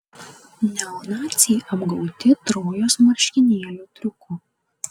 neonaciai apgauti trojos marškinėlių triuku